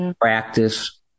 practice